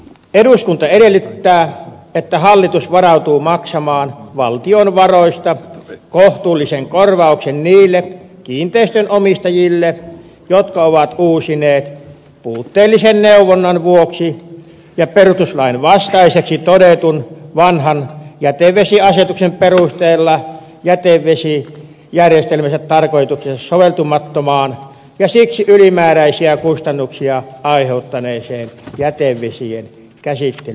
eduskunta edellyttää että hallitus varautuu maksamaan valtion varoista kohtuullisen korvauksen niille kiinteistön omistajille jotka ovat uusineet puutteellisen neuvonnan vuoksi ja perustuslain vastaiseksi todetun vanhan jätevesiasetuksen perusteella jätevesijärjestelmänsä tarkoitukseensa soveltumattomaan ja siksi ylimääräisiä kustannuksia aiheuttaneeseen jätevesien käsittelyjärjestelmään